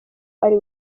ari